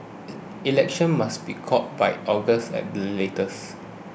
elections must be called by August at the latest